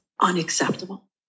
unacceptable